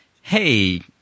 hey